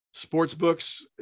Sportsbooks